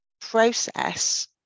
process